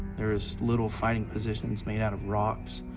there was little fighting positions made out of rocks,